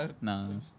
No